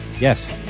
Yes